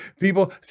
people